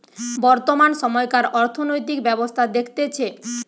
বর্তমান সময়কার অর্থনৈতিক ব্যবস্থা দেখতেছে